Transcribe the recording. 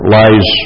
lies